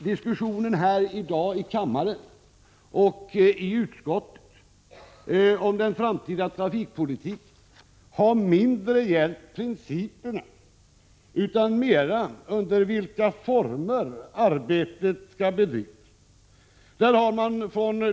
Diskussionen här i kammaren i dag och i utskottet om den framtida trafikpolitiken har mindre gällt principerna och mera under vilka former arbetet skall bedrivas.